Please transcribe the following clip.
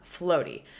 floaty